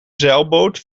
zeilboot